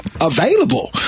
available